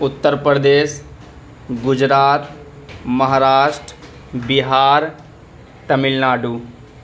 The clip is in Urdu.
اترپردیش گجرات مہاراشٹر بہار تملناڈو